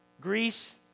Greece